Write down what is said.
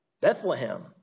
Bethlehem